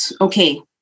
okay